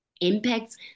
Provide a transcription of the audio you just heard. impacts